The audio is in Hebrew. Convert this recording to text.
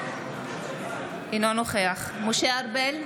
אינו נוכח משה ארבל,